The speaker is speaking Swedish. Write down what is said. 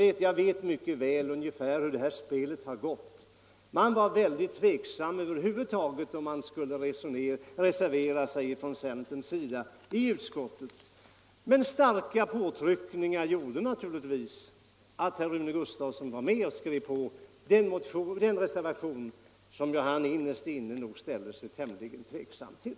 Och jag vet mycket väl hur det här spelet har gått. Man var över huvud taget väldigt tveksam om man skulle reservera sig från centerns sida i utskottet. Men starka påtryckningar gjorde naturligtvis att herr Rune Gustavsson var med och skrev på den reservation som han innerst inne nog ställer sig tämligen tveksam till.